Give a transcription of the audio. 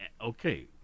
okay